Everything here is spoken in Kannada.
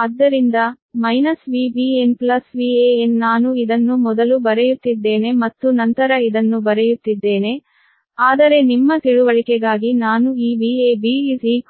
ಆದ್ದರಿಂದ ಮೈನಸ್ VbnVan ನಾನು ಇದನ್ನು ಮೊದಲು ಬರೆಯುತ್ತಿದ್ದೇನೆ ಮತ್ತು ನಂತರ ಇದನ್ನು ಬರೆಯುತ್ತಿದ್ದೇನೆ ಆದರೆ ನಿಮ್ಮ ತಿಳುವಳಿಕೆಗಾಗಿ ನಾನು ಈ Vab